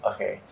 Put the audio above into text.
Okay